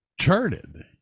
charted